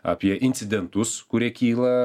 apie incidentus kurie kyla